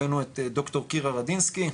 הבאנו את דוקטור קירה רדינסקי,